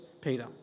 Peter